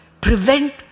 prevent